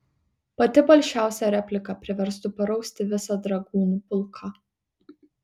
pati palšiausia replika priverstų parausti visą dragūnų pulką